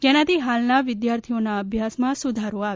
જેનાથી હાલના વિદ્યાર્થીઓના અભ્યાસમાં સુધારો આવે